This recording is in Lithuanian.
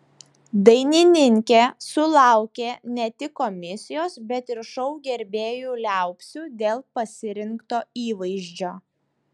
dainininkė sulaukė ne tik komisijos bet ir šou gerbėjų liaupsių dėl pasirinkto įvaizdžio